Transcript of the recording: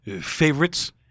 favorites